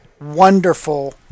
wonderful